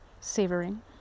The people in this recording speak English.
savoring